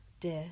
Dear